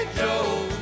joe